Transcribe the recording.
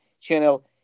channel